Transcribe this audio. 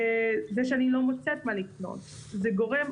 וזה שאני לא מוצאת מה לקנות גורם